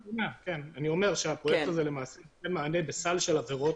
לסל של עבירות,